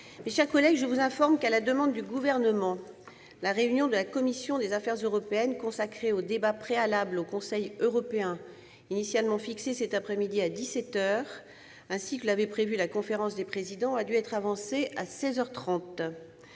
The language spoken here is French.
Mes chers collègues, je vous informe qu'à la demande du Gouvernement la réunion de la commission des affaires européennes consacrée au débat préalable au Conseil européen, initialement fixée cet après-midi à dix-sept heures, ainsi que l'avait prévu la conférence des présidents, a dû être avancée à seize